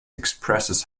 expresses